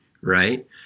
Right